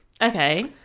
Okay